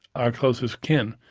our closest kin.